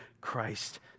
Christ